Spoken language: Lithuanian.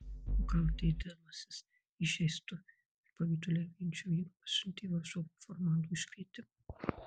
o gal dėdamasis įžeistu ir pavyduliaujančiu vyru pasiuntė varžovui formalų iškvietimą